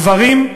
גברים,